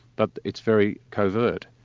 but it's very covert.